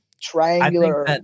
triangular